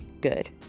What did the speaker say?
good